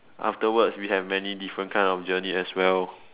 afterwards we have many different kinds of journeys as well